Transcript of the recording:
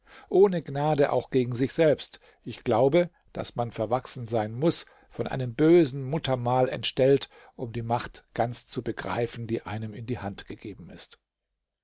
ohne gnade auch gegen sich selbst ich glaube daß man verwachsen sein muß von einem bösen muttermal entstellt um die macht ganz zu begreifen die einem in die hand gegeben ist